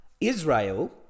Israel